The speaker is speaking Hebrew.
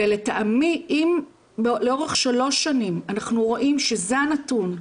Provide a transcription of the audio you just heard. ולטעמי אם לאורך שלוש שנים אנחנו רואים שזה הנתון,